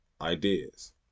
ideas